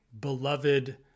beloved